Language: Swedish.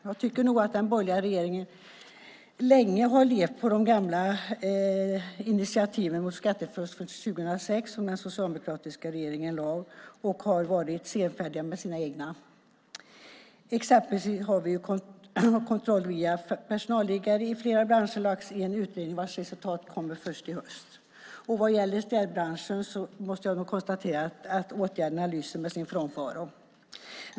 Jag tycker nog att den borgerliga regeringen länge har levt på de gamla initiativen mot skattefusk från 2006 som den socialdemokratiska regeringen tog och har varit senfärdiga med sina egna. Exempelvis har kontroll via personalliggare i flera branscher lagts i en utredning vars resultat kommer först i höst. När det gäller städbranschen måste jag konstatera att åtgärderna lyser med sin frånvaro.